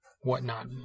whatnot